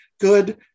good